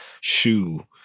shoe